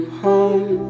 home